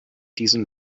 diesen